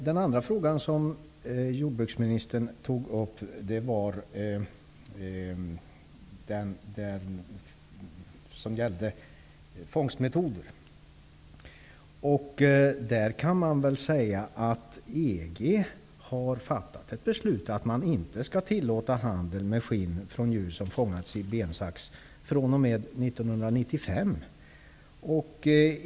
Den andra fråga jordbruksministern tog upp gällde fångstmetoder. EG har fattat beslut att inte tillåta handel med skinn från djur som fångats i bensax fr.o.m. 1995.